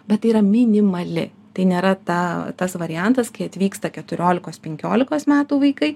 bet tai yra minimali tai nėra ta tas variantas kai atvyksta keturiolikos penkiolikos metų vaikai